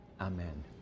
Amen